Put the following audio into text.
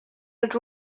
els